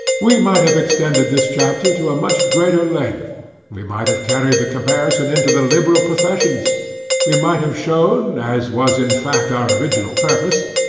we might have extended this chapter to a much greater length we might have carried the comparison into the liberal professions we might have shown, as was in fact our original purpose,